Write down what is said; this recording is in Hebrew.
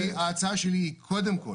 ההצעה שלי היא קודם כל